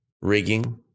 rigging